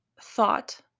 thought